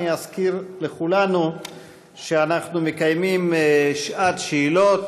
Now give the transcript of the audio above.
אני אזכיר לכולנו שאנחנו מקיימים שעת שאלות.